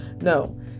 No